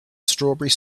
strawberry